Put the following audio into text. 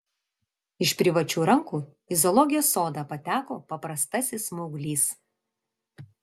iš privačių rankų į zoologijos sodą pateko paprastasis smauglys